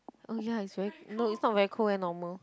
oh ya it's very no it's not very cold eh normal